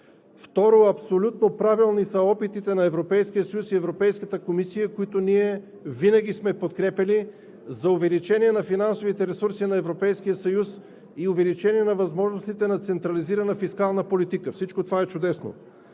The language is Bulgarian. Второ, абсолютно правилни са опитите на Европейския съюз и Европейската комисия, които ние винаги сме подкрепяли, за увеличение на финансовите ресурси на Европейския съюз и увеличение на възможностите на централизирана фискална политика. Всичко това е чудесно.